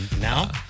Now